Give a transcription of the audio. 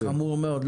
ולא